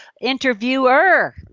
interviewer